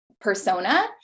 persona